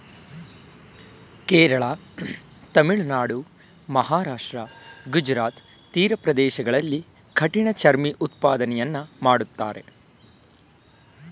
ಕೇರಳ, ತಮಿಳುನಾಡು, ಮಹಾರಾಷ್ಟ್ರ, ಗುಜರಾತ್ ತೀರ ಪ್ರದೇಶಗಳಲ್ಲಿ ಕಠಿಣ ಚರ್ಮಿ ಉತ್ಪಾದನೆಯನ್ನು ಮಾಡ್ತರೆ